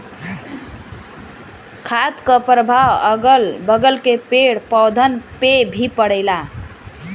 खाद क परभाव अगल बगल के पेड़ पौधन पे भी पड़ला